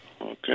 Okay